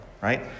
right